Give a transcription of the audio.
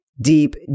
deep